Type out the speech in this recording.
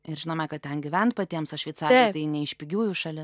ir žinoma kad ten gyvent patiems o šveicarija tai ne iš pigiųjų šalis